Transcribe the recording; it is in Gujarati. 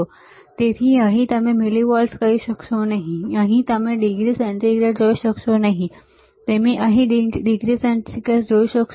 તેથી અહીં તમે મિલીવોલ્ટ્સ કહી શકશો નહીં અહીં તમે ડિગ્રી સેન્ટિગ્રેડ જોઈ શકશો તમે અહીં ડિગ્રી સેન્ટિગ્રેડ જોઈ શકશો